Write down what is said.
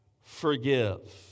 forgive